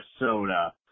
Minnesota